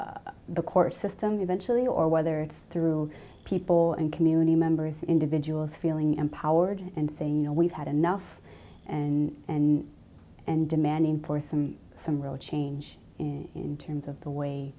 through the court system eventually or whether it's through people and community members individuals feeling empowered and saying you know we've had enough and and and demanding for some some real change in terms of the way